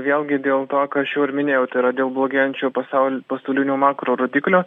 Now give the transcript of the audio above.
vėlgi dėl to ką aš jau ir minėjau tai yra dėl blogėjančių pasaul pasaulinių makrorodiklių